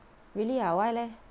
really ah why leh